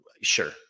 sure